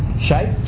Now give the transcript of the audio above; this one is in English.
shape